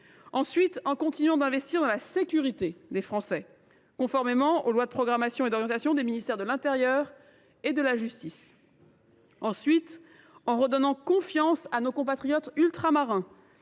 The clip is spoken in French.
ensuite, en continuant d’investir pour la sécurité des Français, conformément aux lois de programmation et d’orientation des ministères de l’intérieur et de la justice ; enfin, en redonnant confiance à nos compatriotes ultramarins,